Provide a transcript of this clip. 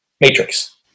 matrix